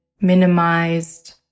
minimized